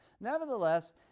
Nevertheless